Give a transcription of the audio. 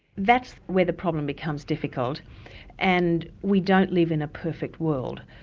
that's where the problem becomes difficult and we don't live in a perfect world.